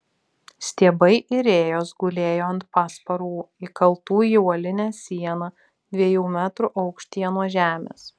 stiebai ir rėjos gulėjo ant pasparų įkaltų į uolinę sieną dviejų metrų aukštyje nuo žemės